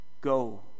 Go